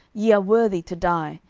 ye are worthy to die,